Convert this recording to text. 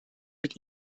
mit